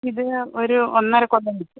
ഇത് ഒരു ഒന്നര കൊല്ലം നിക്കും